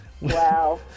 Wow